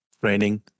training